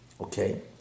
Okay